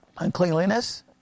uncleanliness